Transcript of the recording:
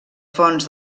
fonts